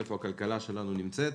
איפה הכלכלה שלנו נמצאת,